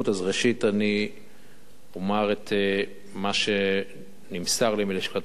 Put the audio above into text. ראשית אני אומר את מה שנמסר לי מלשכתו של